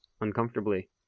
uncomfortably